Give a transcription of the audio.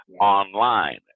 online